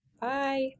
Bye